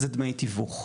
זה דמי תיווך.